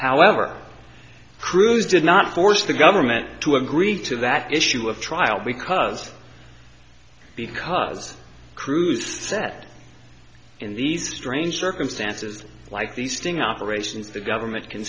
however cruise did not force the government to agree to that issue of trial because because cruz said in these strange circumstances like these sting operations the government can